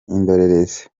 indorerezi